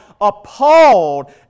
appalled